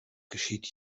geschieht